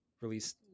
release